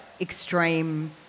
extreme